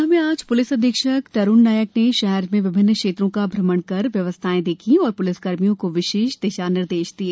गुना में आज पुलिस अधीक्षक तरुण नायक ने शहर में विभिन्न क्षेत्रों का भ्रमण कर व्यवस्थाएं देखी और प्लिसकर्मियों को विशेष दिशा निर्देश दिए